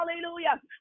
hallelujah